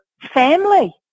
family